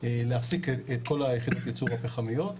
להפסיק את כל יחידות ייצור הפחמיות,